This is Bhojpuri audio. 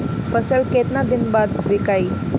फसल केतना दिन बाद विकाई?